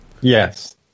Yes